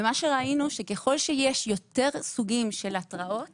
מה שראינו היה שככל שיש יותר סוגים של התרעות